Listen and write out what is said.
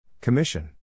Commission